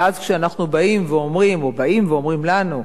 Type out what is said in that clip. ואז, כשאנחנו באים ואומרים, או באים ואומרים לנו,